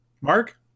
Mark